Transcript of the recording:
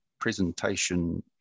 presentation